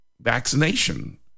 vaccination